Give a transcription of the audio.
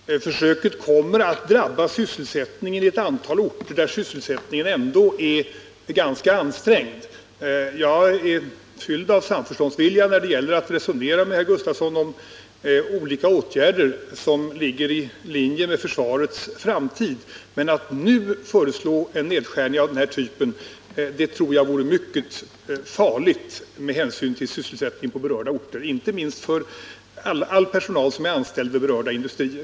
Herr talman! Försöket kommer att drabba sysselsättningen på ett antal orter där sysselsättningen ändå är ganska ansträngd. Jag är fylld av samförståndsvilja när det gäller att resonera med herr Gustavsson om olika åtgärder som ligger i linje med vad vi vill i fråga om försvarets framtid. Men att nu föreslå en nedskärning av den typ herr Gustavsson förespråkar tror jag vore mycket farligt med hänsyn till sysselsättningen på en rad orter, inte minst för all personal som är anställd vid berörda industrier.